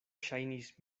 ŝajnis